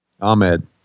Ahmed